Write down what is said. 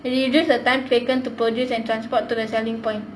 and reduce the time taken to produce and transport to the selling point